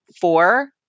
Four